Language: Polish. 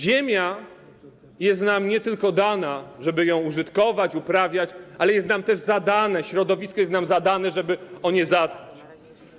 Ziemia jest nam nie tylko dana, żeby ją użytkować, uprawiać, ale jest nam też zadana, środowisko jest nam zadane, żeby o nie zadbać.